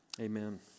amen